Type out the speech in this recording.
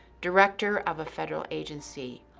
director of a federal agency,